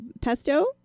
Pesto